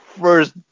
first